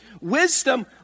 Wisdom